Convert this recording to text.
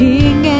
King